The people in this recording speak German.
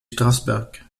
strasberg